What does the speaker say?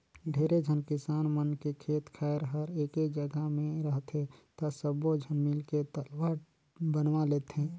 ढेरे झन किसान मन के खेत खायर हर एके जघा मे रहथे त सब्बो झन मिलके तलवा बनवा लेथें